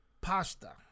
Pasta